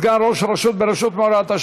סגן ראש רשות ברשות מעורבת),